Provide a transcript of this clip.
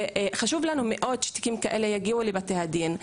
וחשוב לנו מאוד שתיקים כאלה יגידו לבתי הדין.